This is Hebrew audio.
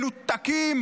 מנותקים,